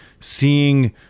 seeing